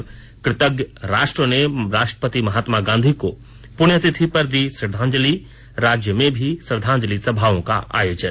और कृतज्ञ राष्ट्र ने राष्ट्रपिता महात्मा गांधी को पुण्यतिथि पर दी श्रद्वांजलि राज्य में भी श्रद्वांजलि सभाओं का आयोजन